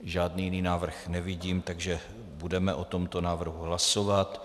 Žádný jiný návrh nevidím, takže budeme o tomto návrhu hlasovat.